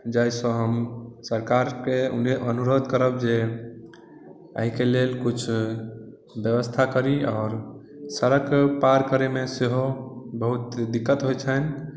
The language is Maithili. जाहिसँ हम सरकारके अनुरोध करब जे एहिके लेल किछु बेबस्था करी आओर सड़क पार करैमे सेहो बहुत दिक्कत होइ छनि